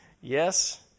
Yes